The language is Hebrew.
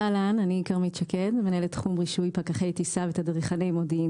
אני מנהלת תחום רישוי פקחי טיסה ותדריכני מודיעין